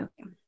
Okay